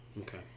okay